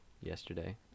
yesterday